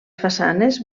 façanes